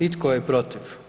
I tko je protiv?